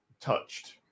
touched